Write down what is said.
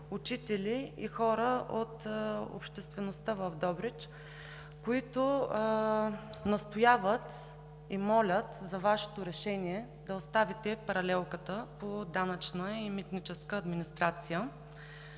учители и хора от обществеността в Добрич, които настояват и молят за Вашето решение да оставите паралелката по данъчна и митническа администрация.